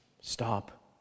stop